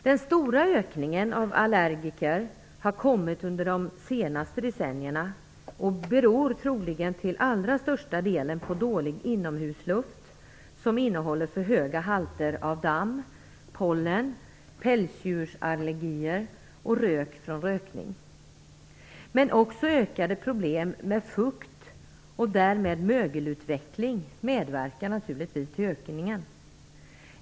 Den stora ökningen av antalet allergiker har kommit under de senaste decennierna och beror troligen till allra största delen på dålig inomhusluft som innehåller för höga halter av damm, pollen, pälsdjursallergener och tobaksrök. Men även ökade problem med fukt, och därmed mögelutveckling, medverkar naturligtvis till ökningen.